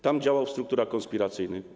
Tam działał w strukturach konspiracyjnych.